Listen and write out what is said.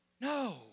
No